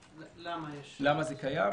למה זה קיים?